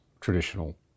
traditional